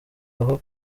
aho